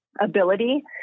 ability